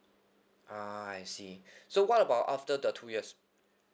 ah I see so what about after the two years